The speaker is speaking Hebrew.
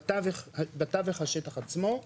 בתווך השטח עצמו.